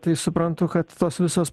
tai suprantu kad tos visos